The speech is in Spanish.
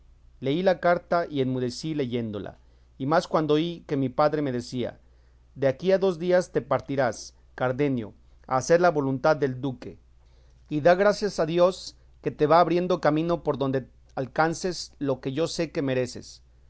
leí la carta y enmudecí leyéndola y más cuando oí que mi padre me decía de aquí a dos días te partirás cardenio a hacer la voluntad del duque y da gracias a dios que te va abriendo camino por donde alcances lo que yo sé que mereces